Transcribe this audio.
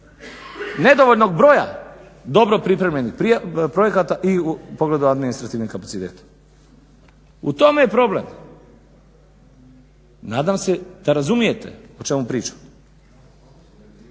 nedovoljnog broja dobro pripremljenih projekata i u pogledu administrativnih kapaciteta. U tome je problem. nadam se da razumijete o čemu pričam.